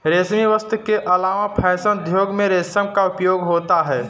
रेशमी वस्त्र के अलावा फैशन उद्योग में रेशम का उपयोग होता है